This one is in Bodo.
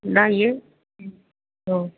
नायो औ